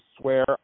swear